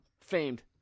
famed